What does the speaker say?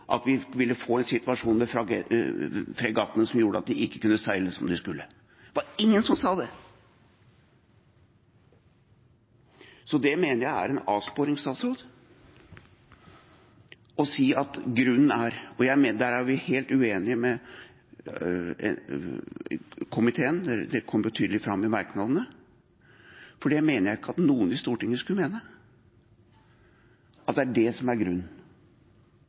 at vi ville få en situasjon med fregattene som gjorde at de ikke kunne seile som de skulle. Det var ingen som sa det! Så det mener jeg er en avsporing, statsråd. Og her er vi helt uenige i komiteen – det kommer tydelig fram i merknadene – for det mener jeg at ingen i Stortinget skal mene, at det er grunnen. Da får man si: Hvis vi får dette, blir det